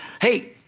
Hey